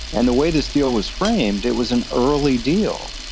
and the way this deal was framed, it was an early deal.